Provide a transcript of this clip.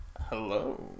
Hello